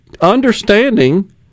understanding